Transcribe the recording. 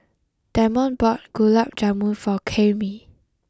Damon bought Gulab Jamun for Karyme